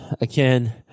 again